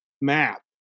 map